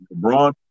LeBron